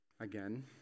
again